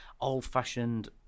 old-fashioned